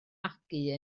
magu